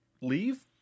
leave